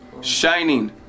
shining